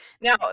Now